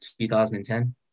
2010